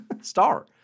star